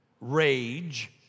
rage